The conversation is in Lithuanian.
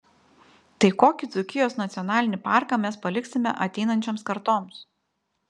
tai kokį dzūkijos nacionalinį parką mes paliksime ateinančioms kartoms